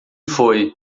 foi